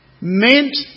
meant